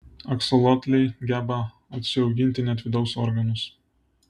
aksolotliai geba atsiauginti net vidaus organus